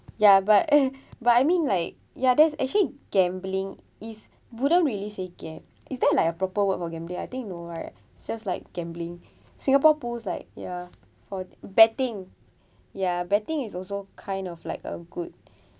ya but uh but I mean like ya there's actually gambling is wouldn't really say ga~ is there like a proper word for gambling I think no right just like gambling singapore pools like ya for betting ya betting is also kind of like a good